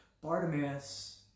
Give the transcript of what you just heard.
Bartimaeus